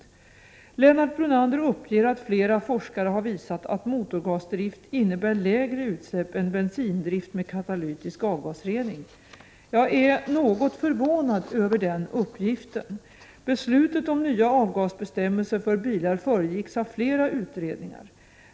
87 Lennart Brunander uppger att flera forskare har visat att motorgasdrift 28 november 1988 innebär lägre utsläpp än bensindrift med katalytisk avgasrening. Jag är något förvånad över den uppgiften. Beslutet om nya avgasbestämmelser för bilar föregicks av flera utredningar.